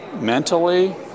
mentally